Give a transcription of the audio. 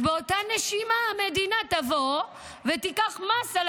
באותה הנשימה המדינה תבוא ותיקח מס על